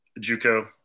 JUCO